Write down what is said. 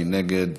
מי נגד?